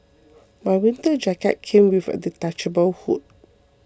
my winter jacket came with a detachable hood